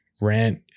rent